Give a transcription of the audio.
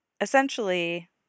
essentially